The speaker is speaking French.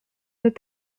nos